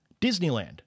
Disneyland